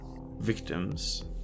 victims